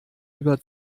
über